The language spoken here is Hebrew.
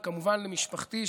וכמובן למשפחתי,